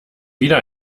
wieder